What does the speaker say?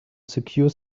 secure